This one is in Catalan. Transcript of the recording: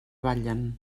ballen